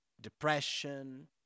depression